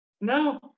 No